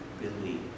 believe